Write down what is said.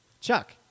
Chuck